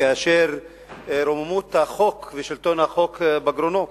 כאשר רוממות החוק ושלטון החוק בגרונו.